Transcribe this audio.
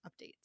updates